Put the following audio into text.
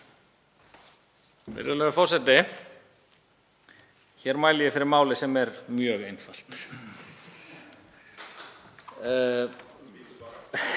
Virðulegur forseti. Hér mæli ég fyrir máli sem er mjög einfalt.